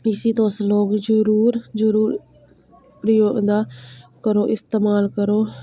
इसी तोस लोक जरूर जरूर एह्दा करो इस्तमाल करो